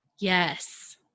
Yes